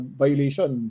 violation